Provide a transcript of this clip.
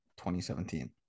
2017